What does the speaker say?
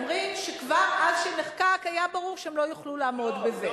אומרים שכבר כשנחקק היה ברור שהם לא יוכלו לעמוד בזה.